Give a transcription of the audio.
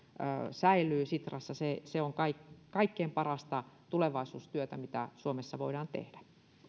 säilyy sitrassa se se on kaikkein parasta tulevaisuustyötä mitä suomessa voidaan tehdä